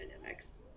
dynamics